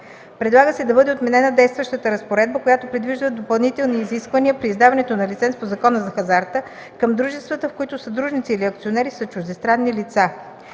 Предлага се да бъде отменена действащата разпоредба, която предвижда допълнителни изисквания при издаването на лиценз по Закона за хазарта към дружествата, в които съдружници или акционери са чуждестранни лица.